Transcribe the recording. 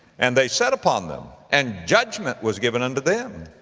and they sat upon them, and judgment was given unto them,